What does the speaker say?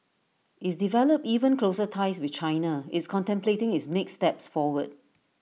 it's developed even closer ties with China it's contemplating its next steps forward